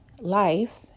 life